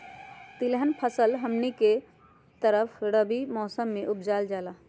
तिलहन फसल हमनी के तरफ रबी मौसम में उपजाल जाला